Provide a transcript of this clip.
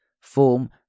form